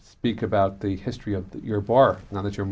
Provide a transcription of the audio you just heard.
speak about the history of your bar now that you're